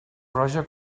roja